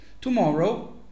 Tomorrow